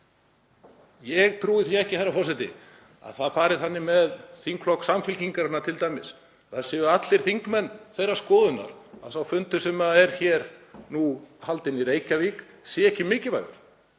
Ég trúi því ekki, herra forseti, að það fari þannig með þingflokk Samfylkingarinnar t.d. að það séu allir þingmenn þeirrar skoðunar að sá fundur sem er nú haldinn í Reykjavík sé ekki mikilvægur.